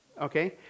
Okay